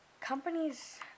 companies